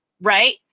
right